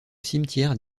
cimetière